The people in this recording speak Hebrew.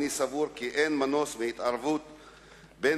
אני סבור כי אין מנוס מהתערבות בין-לאומית,